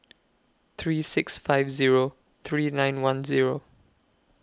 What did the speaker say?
three six five Zero three nine one Zero